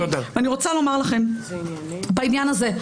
אני רוצה לומר לכם בעניין הזה,